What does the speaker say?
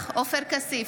נוכח עופר כסיף,